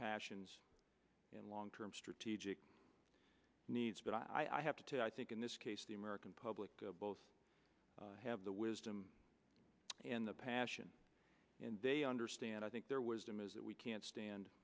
passions and long term strategic needs but i have to i think in this case the american public both have the wisdom and the passion and they understand i think there was damage that we can't stand